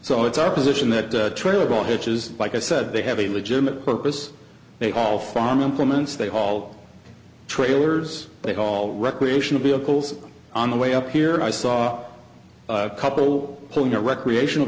so it's our position that trail of all hitch is like i said they have a legitimate purpose they all farm implements they all trailers they all recreational vehicles on the way up here i saw a couple pulling a recreational